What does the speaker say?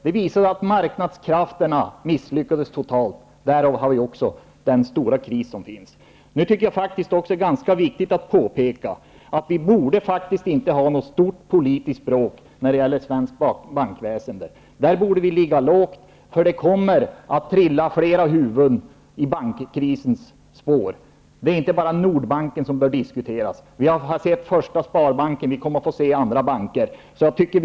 Det visar att marknadskrafterna misslyckades totalt, och det är anledningen till den stora krisen. Jag tycker att det är viktigt att påpeka att vi faktiskt inte borde ha något stort politiskt bråk när gäller svenskt bankväsende. Där borde vi ligga lågt. Det kommer att trilla fler huvuden i bankkrisens spår. Det är inte bara Nordbanken som bör diskuteras. Vi har sett vad som skett i Första Sparbanken, och vi kommer att se vad som händer andra banker.